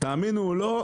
תאמינו או לא,